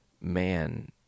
man